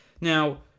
now